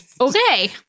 Okay